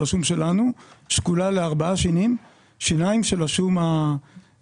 של השום שלנו, שקולה לארבע שיניים של השום הסיני.